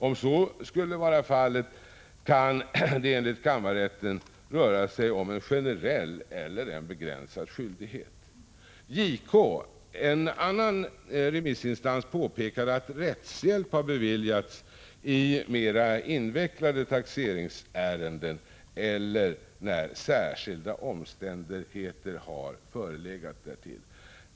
Om så skulle vara fallet kan det enligt kammarrätten röra sig om en generell eller en begränsad skyldighet. JK, en annan remissinstans, påpekade att rättshjälp har beviljats i mera invecklade taxeringsärenden eller när särskilda omständigheter har förelegat därtill.